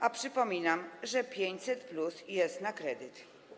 A przypominam, że 500+ jest na kredyt.